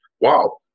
wow